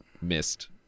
missed